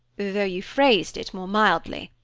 though you phrased it more mildly.